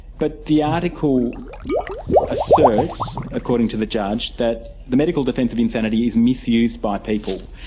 but the article asserts, according to the judge, that the medical defence of insanity is misused by people,